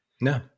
No